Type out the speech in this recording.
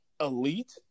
elite